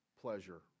pleasure